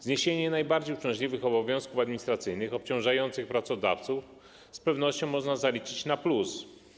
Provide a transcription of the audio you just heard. Zniesienie najbardziej uciążliwych obowiązków administracyjnych obciążających pracodawców z pewnością można zaliczyć na plus.